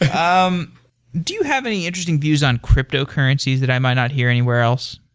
um do you have any interesting views on cryptocurrencies that i might not hear anywhere else?